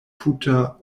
tuta